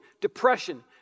depression